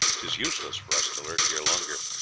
tis useless for us to lurk here longer.